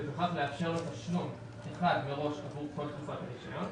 וכך לאפשר לו תשלום אחד מראש עבור כל תקופת הרישיון.